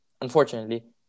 unfortunately